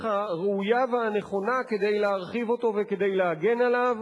הראויה והנכונה כדי להרחיב אותו וכדי להגן עליו,